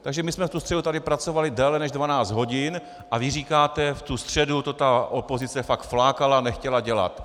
Takže my jsme ve středu tady pracovali déle než 12 hodin a vy říkáte: v tu středu to ta opozice fakt flákala, nechtěla dělat.